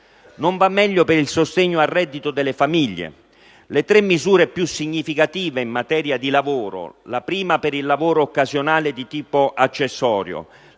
Non va meglio per il sostegno al reddito delle famiglie. Le tre misure più significative in materia di lavoro - la prima per il lavoro occasionale di tipo accessorio;